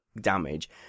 damage